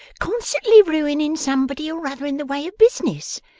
constantly ruining somebody or other in the way of business?